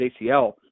ACL